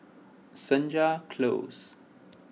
Senja Close